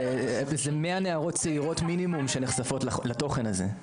זה 100 נערות צעירות מינימום שנחשפות לתוכן הזה.